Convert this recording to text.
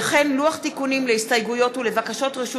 ולוח תיקונים להסתייגויות ולבקשות רשות